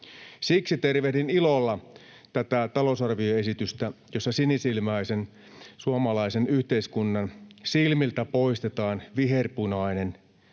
Siksi tervehdin ilolla tätä talousarvioesitystä, jossa sinisilmäisen suomalaisen yhteiskunnan silmiltä poistetaan viherpunainen